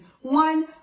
one